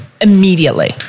Immediately